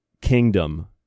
kingdom